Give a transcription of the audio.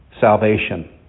salvation